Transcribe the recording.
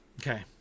Okay